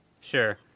Sure